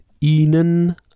ihnen